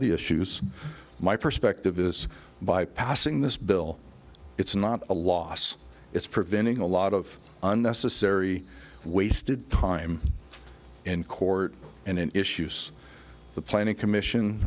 the issues my perspective is by passing this bill it's not a loss it's preventing a lot of unnecessary wasted time in court and in issues the planning commission